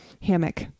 hammock